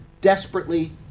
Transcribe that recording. desperately